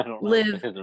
live